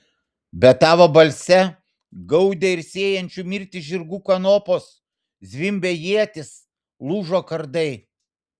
bet tavo balse gaudė ir sėjančių mirtį žirgų kanopos zvimbė ietys lūžo kardai